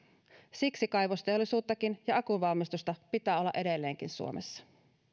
siksi kaivosteollisuuttakin ja akunvalmistusta pitää olla edelleenkin suomessa